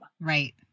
Right